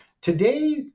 Today